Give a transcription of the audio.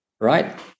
right